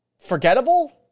Forgettable